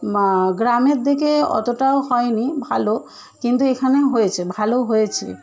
বা গ্রামের দিকে অতটাও হয় নি ভালো কিন্তু এখানে হয়েছে ভালো হয়েছে